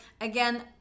again